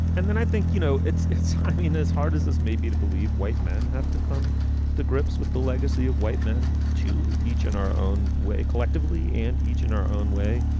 and then i think you know it's it's i mean as hard as this may be to believe white men have to come to grips with the legacy of white men to each in our own way collectively and each in our own way.